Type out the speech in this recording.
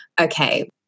okay